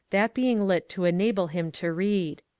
that being lit to enable him to read.